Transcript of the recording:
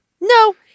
no